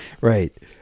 Right